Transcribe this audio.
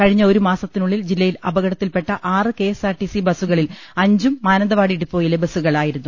കഴിഞ്ഞ ഒരു മാസത്തി നുള്ളിൽ ജില്ലയിൽ അപകടത്തിൽ പെട്ട ആറ് കെഎസ്ആർടിസി ബസുകളിൽ അഞ്ചും മാനന്തവാടി ഡിപ്പോയിലെ ബസുകളിലാ യിരുന്നു